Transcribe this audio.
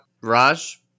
Raj